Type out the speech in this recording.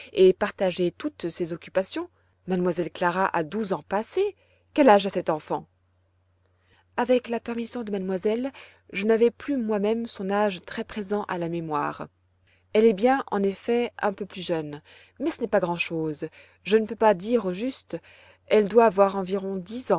et partager toutes ses occupations m elle clara a douze ans passés quel âge a cette enfant avec la permission de mademoiselle je n'avais plus moi-même son âge très présent à la mémoire elle est bien en effet un peu plus jeune mais ce n'est pas grand'chose je ne peux pas dire au juste elle doit avoir environ dix ans